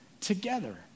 together